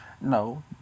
No